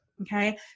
Okay